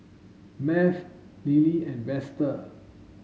Math Lilie and Vester